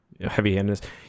heavy-handedness